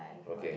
okay